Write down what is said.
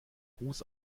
ruß